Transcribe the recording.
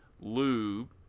lube